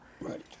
Right